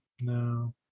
No